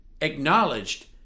acknowledged